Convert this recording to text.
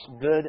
good